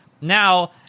Now